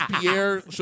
Pierre